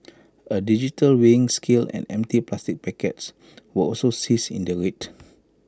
A digital weighing scale and empty plastic packets were also seized in the raid